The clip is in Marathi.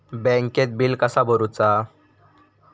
बँकेत बिल कसा भरुचा?